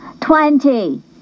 twenty